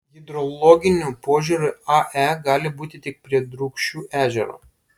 hidrologiniu požiūriu ae gali būti tik prie drūkšių ežero